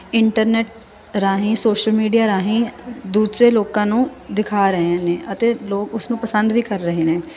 internet ਰਾਹੀਂ social media ਰਾਹੀਂ ਦੂਸਰੇ ਲੋਕਾਂ ਨੂੰ ਦਿਖਾ ਰਹੇ ਨੇ ਅਤੇ ਲੋਕ ਉਸ ਨੂੰ ਪਸੰਦ ਵੀ ਕਰ ਰਹੇ ਨੇ